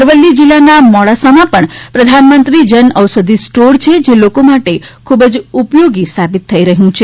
અરવલ્લી જિલ્લાના મોડાસામાં પણ પ્રધાનમંત્રી જન ઔષધી સ્ટોર છે જે લોકો માટે ખૂબ જ ઉપયોગી સાહિત થઇ રહ્યું છે